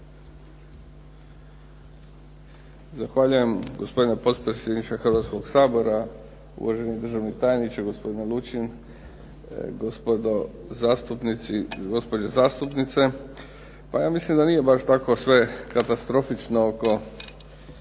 Zahvaljujem gospodine potpredsjedniče Hrvatskog sabora, uvaženi državni tajniče gospodine Lučin, gospodo zastupnici i gospođe zastupnice. Pa ja mislim da nije baš tako sve katastrofično oko